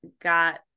got